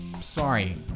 sorry